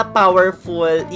powerful